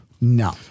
No